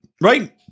Right